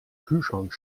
kühlschrank